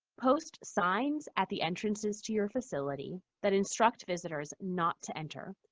post signs at the entrances to your facility that instruct visitors not to enter,